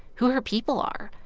who her people are,